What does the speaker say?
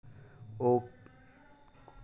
cooperative बैंकमे ऋण लेबाक सुविधा सेहो रहैत अछि